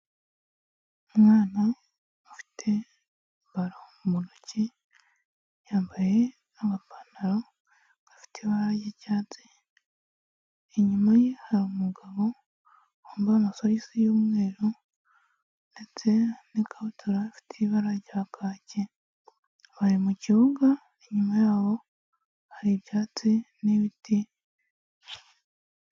Umwana ufite balo mu ntoki yambaye agapantaro gafite ibara ry'icyatsi inyuma ye hari umugabo wambaye amasogisi y’umweru ndetse n'ikabutura ifite ibara rya kaki bari mukibuga inyuma yaho hari ibyatsi n'ibiti….